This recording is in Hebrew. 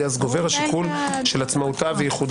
כי אז גובר השיקול של עצמאותה וייחודה